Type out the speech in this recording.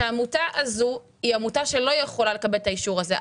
שהעמותה הזאת לא יכולה לקבל את האישור הזה.